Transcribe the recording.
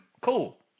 Cool